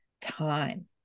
time